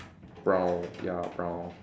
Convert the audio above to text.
brown ya brown